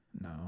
No